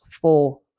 four